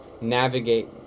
navigate